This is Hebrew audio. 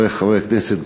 חברי חברי הכנסת,